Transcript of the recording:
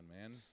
man